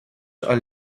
are